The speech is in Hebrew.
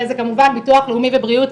אחרי זה כמובן ביטוח לאומי ובריאות,